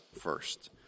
first